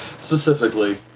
specifically